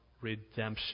redemption